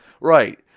right